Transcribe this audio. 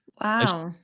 Wow